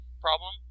problem